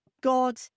God